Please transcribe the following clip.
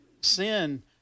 sin